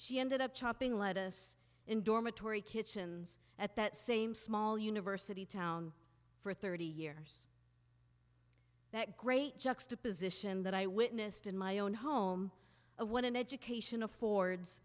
she ended up chopping lettuce in dormitory kitchens at that same small university town for thirty years that great juxtaposition that i witnessed in my own home of what an education affor